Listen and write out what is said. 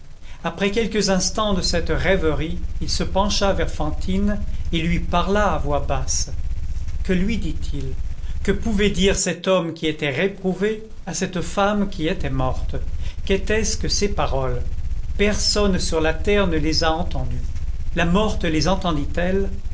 après quelques instants de cette rêverie il se pencha vers fantine et lui parla à voix basse que lui dit-il que pouvait dire cet homme qui était réprouvé à cette femme qui était morte qu'était-ce que ces paroles personne sur la terre ne les a entendues la morte les